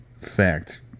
fact